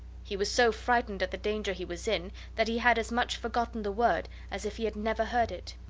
he was so frightened at the danger he was in that he had as much forgotten the word as if he had never heard it.